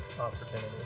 opportunity